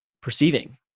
perceiving